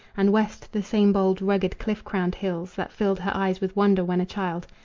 and west the same bold, rugged, cliff-crowned hills. that filled her eyes with wonder when a child.